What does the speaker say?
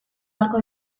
beharko